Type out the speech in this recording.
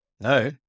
No